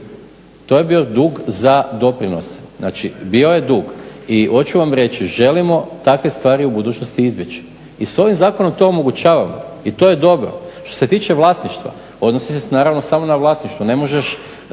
To je bio dug za doprinose, znači bio je dug. I hoću vam reći želimo takve stvari u budućnosti izbjeći. I s ovim zakonom to omogućavamo i to je dobro. Što se tiče vlasništva, odnosi se naravno samo na vlasništvo, ne možeš